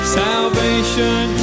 salvation